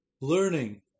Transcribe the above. learning